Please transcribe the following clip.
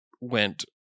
went